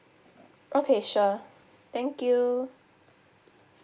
okay sure thank you